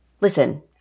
Listen